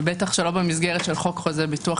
ובטח שלא במסגרת של חוק חוזה הביטוח,